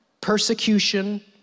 persecution